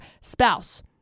spouse